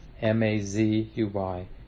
M-A-Z-U-Y